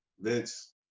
Vince